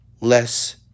less